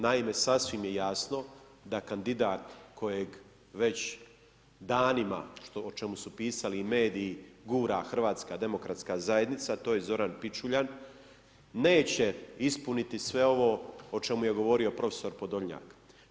Naime, sasvim je jasno da kandidat kojeg već danima o čemu su pisali i mediji, gura HDZ, a to je Zoran Pičuljan, neće ispuniti sve ovo o čemu je govorio prof. Podolnjak.